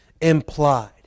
implied